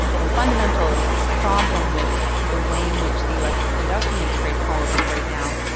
the fundamental problem with the way in which the us is conducting its trade policy right now,